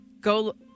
Go